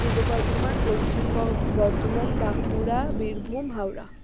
Purba Bardhaman Paschim Bardhaman Bankura Birbhum Howrah